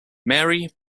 mary